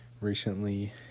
recently